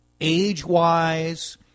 age-wise